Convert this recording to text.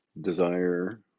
desire